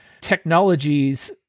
technologies